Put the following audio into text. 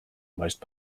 most